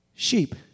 Sheep